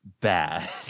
bad